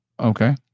Okay